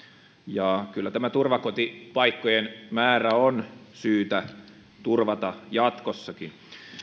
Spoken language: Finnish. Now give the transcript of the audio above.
ja kyllä tämä turvakotipaikkojen määrä on syytä turvata jatkossakin